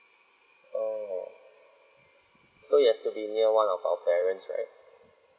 oh so it has to be near one of our parents right